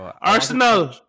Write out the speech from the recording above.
Arsenal